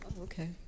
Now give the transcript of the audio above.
okay